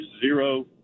zero